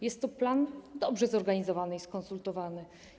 Jest to plan dobrze zorganizowany i skonsultowany.